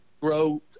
grow